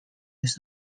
des